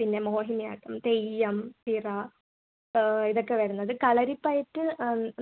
പിന്നെ മോഹിനിയാട്ടം തെയ്യം തിറ ഇതൊക്കെ വരുന്നത് കളരിപ്പയറ്റ്